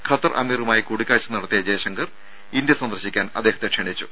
Qatar അമീറുമായി കൂടിക്കാഴ്ച നടത്തിയ ജയശങ്കർ ഇന്ത്യ സന്ദർശിക്കാൻ അദ്ദേഹത്തെ ക്ഷണിച്ചു